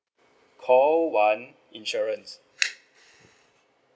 call one insurance